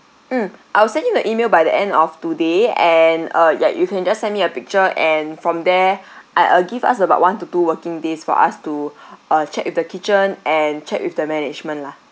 mm I will send you the email by the end of today and uh ya you can just send me a picture and from there I uh give us about one to two working days for us to uh check with the kitchen and check with the management lah